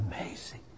amazing